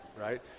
right